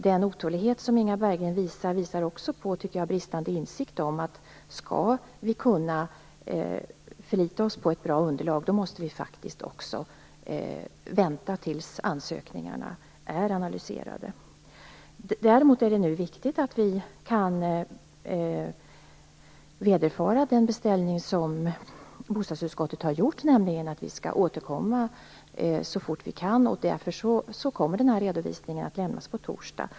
Jag tycker också att Inga Berggrens otålighet visar på bristande insikt om att vi måste vänta tills ansökningarna är analyserade om vi skall kunna förlita oss på ett bra underlag. Däremot är det nu viktigt att vi kan efterkomma bostadsutskottets beställning, om att vi skall återkomma så fort vi kan. Därför kommer redovisningen att lämnas på torsdag.